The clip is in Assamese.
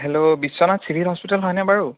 হেল্ল' বিশ্বনাথ চিভিল হস্পিতাল হয়নে বাৰু